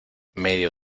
medio